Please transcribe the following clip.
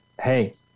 Hey